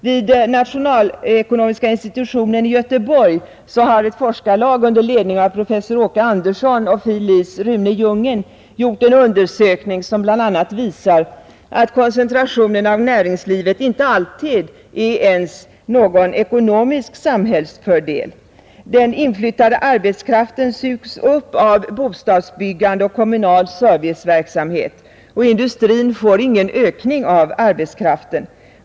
På nationalekonomiska institutionen i Göteborg har ett forskarlag under ledning av professor Åke Andersson och fil. lic. Rune Jungen gjort en undersökning som bl.a. visar att koncentration av näringslivet inte alltid är ens någon ekonomisk samhällsfördel. Den inflyttade arbetskraften sugs upp av bostadsbyggande och kommunal serviceverksamhet, och industrin får ingen ökning av arbetskraften.